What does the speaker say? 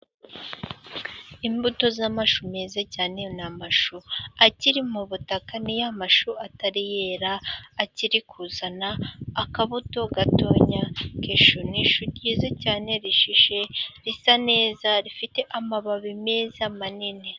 Imbuto y' amashu meza cyane ni amashu, akiri mu butaka ni ya mashu, atari yera akiri kuzana akabuto gatoya kishu, n' ishu ryiza cyane rishimishje, risa neza rifite amababi meza manini.